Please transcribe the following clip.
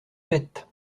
faite